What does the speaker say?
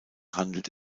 handelt